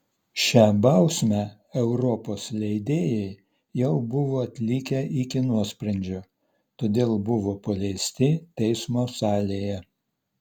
šią bausmę europos leidėjai jau buvo atlikę iki nuosprendžio todėl buvo paleisti teismo salėje